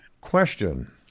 Question